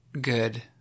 good